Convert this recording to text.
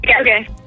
Okay